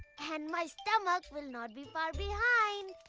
and my stomach will not be far behind.